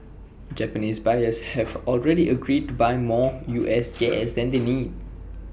Japanese buyers have already agreed to buy more U S gas than they need